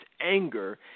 anger